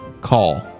call